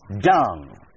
dung